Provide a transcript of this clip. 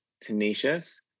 tenacious